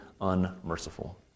unmerciful